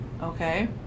Okay